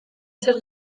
zer